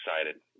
excited